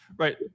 Right